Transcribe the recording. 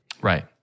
Right